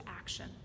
action